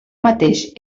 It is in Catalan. mateix